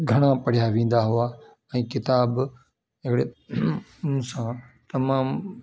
घणा पढ़िया वेंदा हुआ ऐं किताब अहिड़े मूंसां तमामु